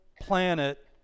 planet